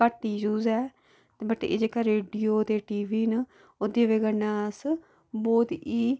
घट्ट इश्यूज ऐ वट् एह् जेह्का रेडियो ते टीवी न ओह् दिलै कन्नै अस बहुत ई